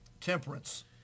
temperance